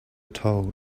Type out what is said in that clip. told